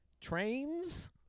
trains